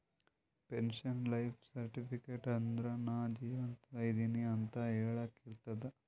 pension life certificate ಅಂದುರ್ ನಾ ಜೀವಂತ ಇದ್ದಿನ್ ಅಂತ ಹೆಳಾಕ್ ಇರ್ತುದ್